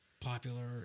popular